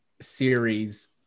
series